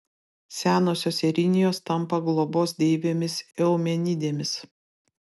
senosios erinijos tampa globos deivėmis eumenidėmis